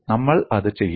നമ്മൾ അത് ചെയ്യില്ല